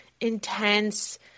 intense